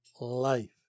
life